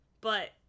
but-